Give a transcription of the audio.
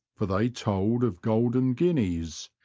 for they told of golden guineas,